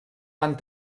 van